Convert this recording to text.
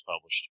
published